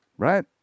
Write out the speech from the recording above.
right